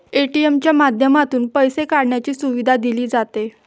ATM च्या माध्यमातून पैसे काढण्याची सुविधा दिली जाते